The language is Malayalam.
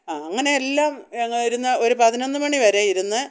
ആ അങ്ങനെയെല്ലാം ഞങ്ങൾ ഇരുന്ന് ഒരു പതിനൊന്ന് മണിവരെ ഇരുന്ന്